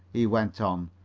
he went on.